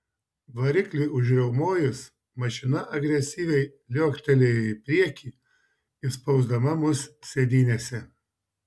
varikliui užriaumojus mašina agresyviai liuoktelėjo į priekį įspausdama mus sėdynėse